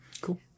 cool